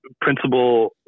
principal